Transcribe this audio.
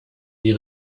die